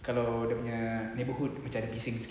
kalau dia punya neighbourhood macam bising sikit